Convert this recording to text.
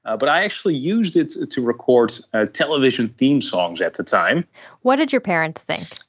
ah but i actually used it to record ah television theme songs at the time what did your parents think?